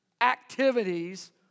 activities